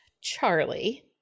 Charlie